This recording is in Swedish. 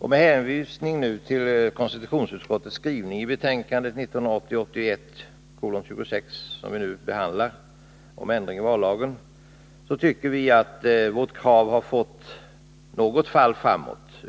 Med hänvisning till konstitutionsutskottets skrivning i betänkandet 1980/81:26 om ändring i vallagen, som vi nu behandlar, tycker vi att vårt krav har fått ett fall framåt.